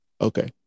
Okay